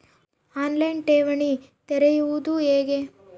On line ಠೇವಣಿ ತೆರೆಯುವುದು ಹೇಗೆ?